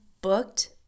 booked